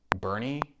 Bernie